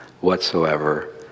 whatsoever